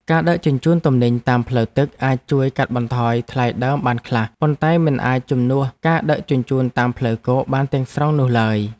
ការដឹកជញ្ជូនទំនិញតាមផ្លូវទឹកអាចជួយកាត់បន្ថយថ្លៃដើមបានខ្លះ ប៉ុន្តែមិនអាចជំនួសការដឹកជញ្ជូនតាមផ្លូវគោកបានទាំងស្រុងនោះឡើយ។